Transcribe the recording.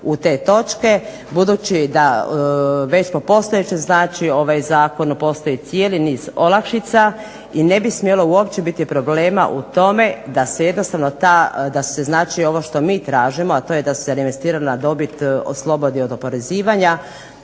u te točke budući da već po postojećem, znači ovaj zakon, postoji cijeli niz olakšica i ne bi smjelo uopće biti problema u tome da se jednostavno ta, da se znači ovo što mi tražimo, a to je da se reinvestirana dobit oslobodi od oporezivanja,